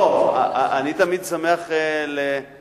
לא, אני תמיד שמח לסכומים